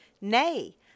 Nay